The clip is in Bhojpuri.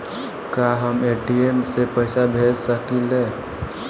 का हम ए.टी.एम से पइसा भेज सकी ले?